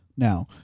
Now